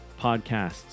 podcasts